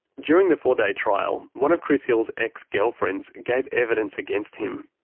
during the four day trial, one of chris hill's ex-girlfriends gave evidence against him.